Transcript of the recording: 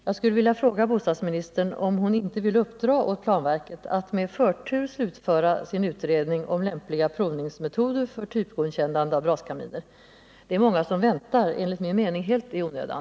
Jag skulle vilja fråga bostadsministern om hon inte vill uppdra åt planverket att med förtur slutföra sin utredning om lämpliga provningsmetoder för typgodkännande av braskaminer. Det är många som väntar, enligt min mening helt i onödan.